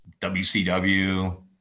WCW